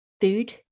food